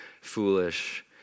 foolish